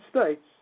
States